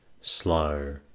slow